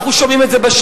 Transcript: אנחנו שומעים את זה בשטח,